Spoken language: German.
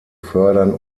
fördern